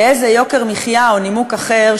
יהא זה יוקר מחיה או נימוק אחר,